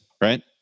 right